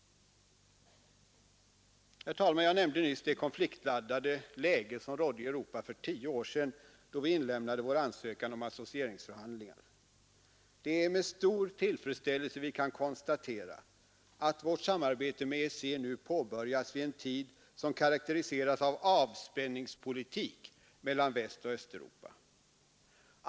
Jag nämnde nyss det konfliktladdade läge som rådde i Europa för tio år sedan, då vi inlämnade vår ansökan om associeringsförhandlingar. Det är med stor tillfredsställelse vi kan konstatera att vårt samarbete med EEC påbörjas vid en tid som karakteriseras av avspänningspolitik mellan Västoch Östeuropa.